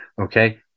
okay